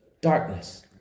Darkness